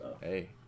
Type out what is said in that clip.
Hey